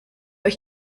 euch